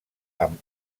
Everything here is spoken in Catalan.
amb